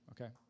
okay